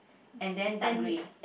and then dark grey